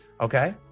Okay